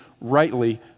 rightly